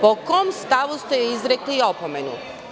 Po kom stavu ste joj izrekli opomenu?